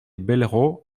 bellerots